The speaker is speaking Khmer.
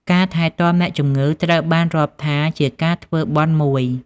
ការថែទាំអ្នកជម្ងឺត្រូវបានរាប់ថាជាការធ្វើបុណ្យមួយ។